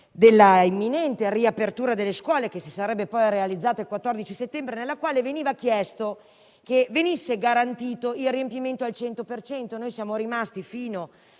dell'imminente riapertura delle scuole che si sarebbe poi realizzata il 14 settembre, nella quale veniva chiesto che venisse garantito il riempimento dei mezzi pubblici al